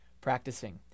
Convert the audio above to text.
Practicing